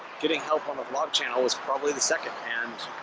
getting help on the vlog channel was probably the second and